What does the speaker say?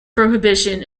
prohibition